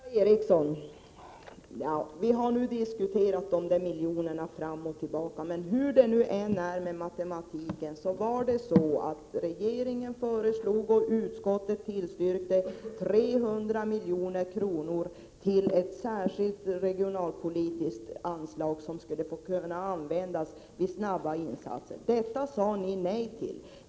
Fru talman! Till Per-Ola Eriksson vill jag säga att vi nu har diskuterat de där miljonerna fram och tillbaka, och hur det än är med matematiken föreslog regeringen och tillstyrkte utskottet 300 milj.kr. till ett särskilt regionalpolitiskt anslag, som skulle få användas när insatser behövde göras snabbt. Detta sade ni nej till.